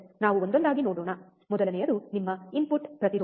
ನಾವು ಒಂದೊಂದಾಗಿ ನೋಡೋಣ ಮೊದಲನೆಯದು ನಿಮ್ಮ ಇನ್ಪುಟ್ ಪ್ರತಿರೋಧ